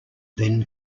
then